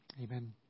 Amen